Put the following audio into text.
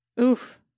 Oof